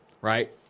right